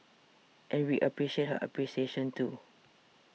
and we appreciate her appreciation too